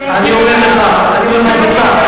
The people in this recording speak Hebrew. אני אומר לך, אני אומר לך בצער,